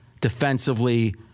defensively